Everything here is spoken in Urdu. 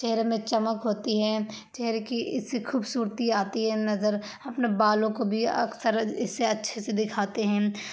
چہرے میں چمک ہوتی ہے چہرے کی اس سے خوبصورتی آتی ہے نظر اپنا بالوں کو بھی اکثر اسے اچھے سے دکھاتے ہیں